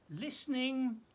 listening